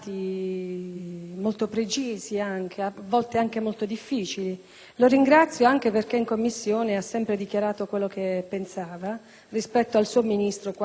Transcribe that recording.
molto precisi, a volte anche molto difficili; lo ringrazio anche perché in Commissione ha sempre dichiarato quello che pensava, a differenza del Ministro, invece quasi silente.